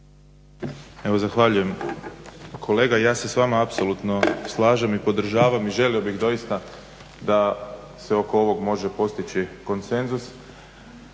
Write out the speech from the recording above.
Zahvaljujem. Kolega, ja se s vama apsolutno slažem i podržavam i želio bih doista da se oko ovog može postići konsenzus,